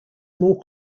more